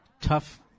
tough